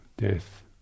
death